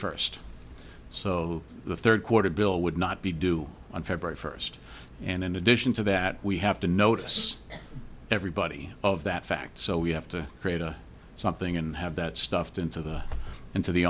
first so the third quarter bill would not be due on february first and in addition to that we have to notice everybody of that fact so we have to create a something and have that stuffed into the into the